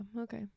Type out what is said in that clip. okay